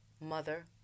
mother